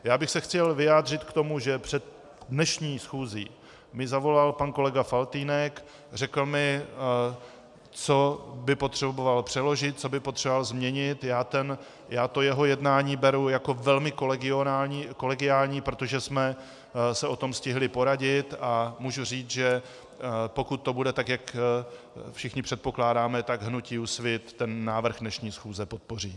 Chtěl bych se vyjádřit k tomu, že před dnešní schůzí mi zavolal pan kolega Faltýnek, řekl mi, co by potřeboval přeložit, co by potřeboval změnit, já jeho jednání beru jako velmi kolegiální, protože jsme se o tom stihli poradit, a můžu říct, že pokud to bude tak, jak všichni předpokládáme, tak hnutí Úsvit návrh dnešní schůze podpoří.